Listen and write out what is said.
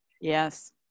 Yes